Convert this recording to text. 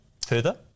further